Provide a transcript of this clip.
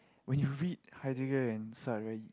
when you read Heidegger and Salz right